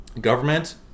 government